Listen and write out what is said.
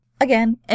Again